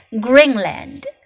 Greenland